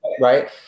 right